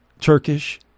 Turkish